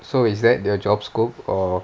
so is that the job scope or